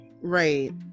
Right